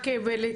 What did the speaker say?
רק הזמן קצר.